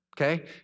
Okay